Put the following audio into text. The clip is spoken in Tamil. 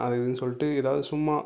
அது இதுன்னு சொல்லிட்டு ஏதாவது சும்மா